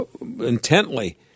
intently